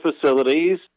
facilities